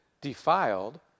defiled